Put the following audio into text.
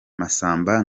massamba